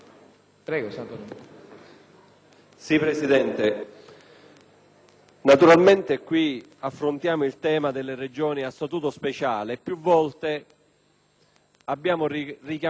nell'articolo 24 affrontiamo il tema delle Regioni a Statuto speciale. Più volte abbiamo richiamato la necessità, da un lato, di garantire la